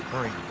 hurry.